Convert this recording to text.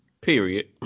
Period